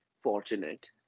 fortunate